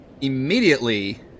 immediately